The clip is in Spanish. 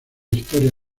historia